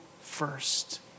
first